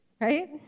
Right